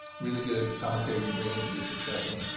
really good commentary you bring into this discussion.